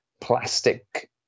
plastic